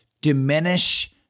diminish